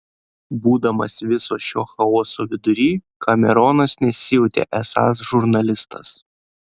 būdamas viso šio chaoso vidury kameronas nesijautė esąs žurnalistas